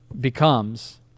becomes